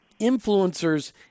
influencers